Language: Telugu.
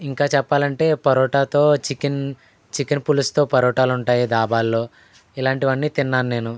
ఇంకా చెప్పాలంటే పరోటాతో చికెన్ చికెన్ పులుసుతో పరోటాలుంటాయి దాబాల్లో ఇలాంటివన్నీ తిన్నాను నేను